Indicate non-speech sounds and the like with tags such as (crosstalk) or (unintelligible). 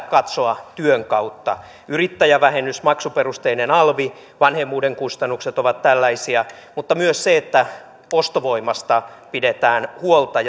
(unintelligible) katsoa työn kautta yrittäjävähennys maksuperusteinen alvi vanhemmuuden kustannukset ovat tällaisia mutta myös se että ostovoimasta pidetään huolta (unintelligible)